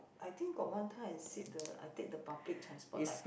I think got one time I sit the I take the public transport like